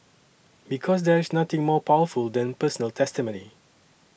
because there is nothing more powerful than personal testimony